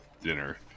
dinner